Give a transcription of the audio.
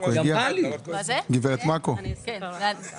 הובהר לנו בפגישה איתם,